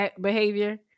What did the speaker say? behavior